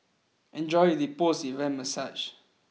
enjoy the post event massage